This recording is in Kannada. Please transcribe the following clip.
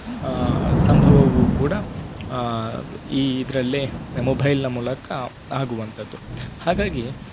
ಸಂಭವವು ಕೂಡ ಈ ಇದರಲ್ಲೇ ಮೊಭೈಲಿನ ಮೂಲಕ ಆಗುವಂತದ್ದು ಹಾಗಾಗಿ